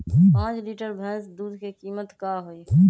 पाँच लीटर भेस दूध के कीमत का होई?